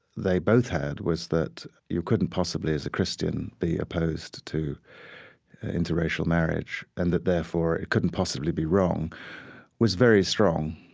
they both had was that you couldn't possibly as a christian be opposed to interracial marriage and that therefore it couldn't possibly be wrong was very strong,